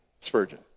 Spurgeon